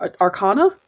Arcana